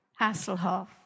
Hasselhoff